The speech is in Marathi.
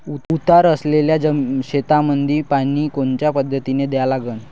उतार असलेल्या शेतामंदी पानी कोनच्या पद्धतीने द्या लागन?